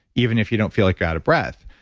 even if you don't feel like you're out of breath.